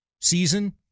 season